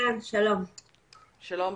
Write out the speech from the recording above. לשמוע איך